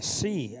see